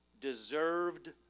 deserved